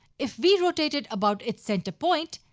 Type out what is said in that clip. if we rotated about its center point,